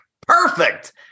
Perfect